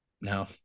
no